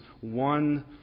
one